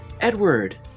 Edward